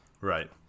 Right